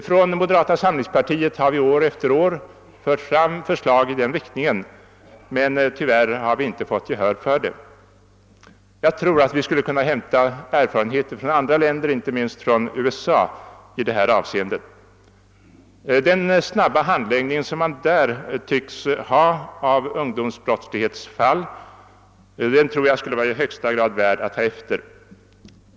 Från moderata samlingspartiet har vi år efter år fört fram förslag i denna fråga men tyvärr inte vunnit gehör. Jag tror att vi skulle kunna hämta erfarenheter från andra länder — inte minst från USA — i detta avseende. Den snabba handläggning som man där tycks ha av ungdomsbrottslighetsfall tror jag är i högsta grad värd att ta efter.